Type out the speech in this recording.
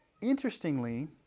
Interestingly